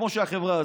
כמו החברה הזאת,